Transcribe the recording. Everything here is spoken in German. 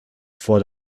vor